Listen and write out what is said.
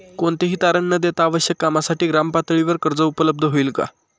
कोणतेही तारण न देता आवश्यक कामासाठी ग्रामपातळीवर कर्ज उपलब्ध होईल का?